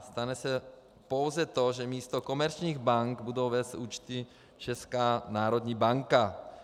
Stane se pouze to, že místo komerčních bank bude vést účty Česká národní banka.